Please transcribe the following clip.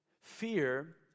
Fear